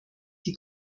die